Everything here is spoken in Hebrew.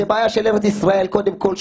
זו בעיה של ארץ ישראל קודם כול,